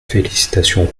félicitations